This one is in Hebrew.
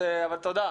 תודה.